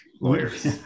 lawyers